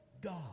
God